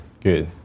good